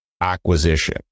acquisition